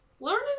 Learning